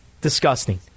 disgusting